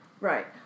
Right